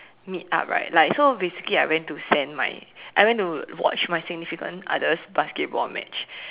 meet up right like so basically I went to send my I went to watch my significant other's basketball match